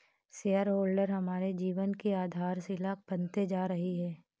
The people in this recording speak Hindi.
शेयर होल्डर हमारे जीवन की आधारशिला बनते जा रही है